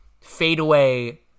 fadeaway